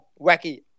Wacky